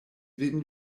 vin